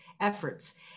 efforts